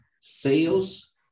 sales